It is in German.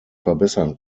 verbessern